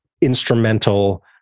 instrumental